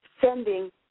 sending